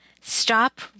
stop